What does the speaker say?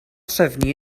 trefnu